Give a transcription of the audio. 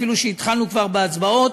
אפילו שהתחלנו כבר בהצבעות.